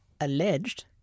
alleged